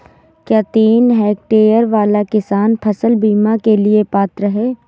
क्या तीन हेक्टेयर वाला किसान फसल बीमा के लिए पात्र हैं?